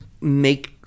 make